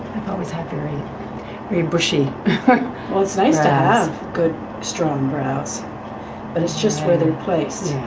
i've always happy read read bushy well it's nice to have good strong brows but it's just where they're placed.